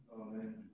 Amen